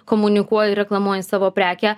komunikuoji ir reklamuoji savo prekę